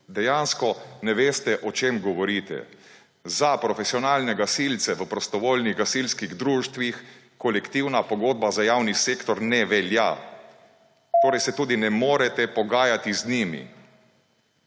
dejansko ne veste, o čem govorite! Za profesionalne gasilce v prostovoljnih gasilskih društvih kolektivna pogodba za javni sektor ne velja! Torej se tudi ne morete pogajati z njimi.